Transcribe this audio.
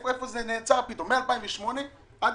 איפה זה נעצר פתאום מ-2008 ועד